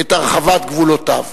את הרחבת גבולותיו.